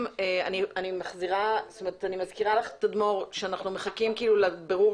אני מזכירה לתדמור שאנחנו מחכים לבירור